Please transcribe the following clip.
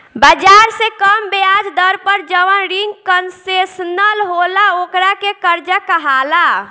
बाजार से कम ब्याज दर पर जवन रिंग कंसेशनल होला ओकरा के कर्जा कहाला